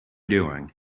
doing